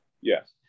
Yes